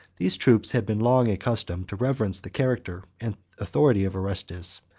these troops had been long accustomed to reverence the character and authority of orestes,